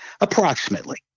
Approximately